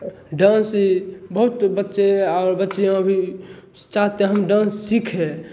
dance बहुत बच्चे और बच्चियाँ भी चाहते हम डांस सीखें